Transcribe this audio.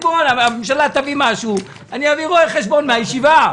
הממשלה תביא משהו, ואני אביא רואה חשבון מהישיבה.